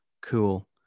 cool